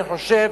אני חושב